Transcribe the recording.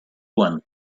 one